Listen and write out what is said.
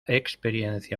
experiencia